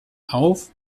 auf